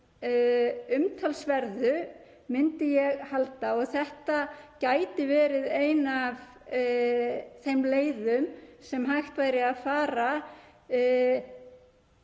umtalsverðu myndi ég halda. Þetta gæti verið ein af þeim leiðum sem hægt væri að fara